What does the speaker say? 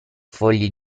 fogli